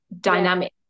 dynamic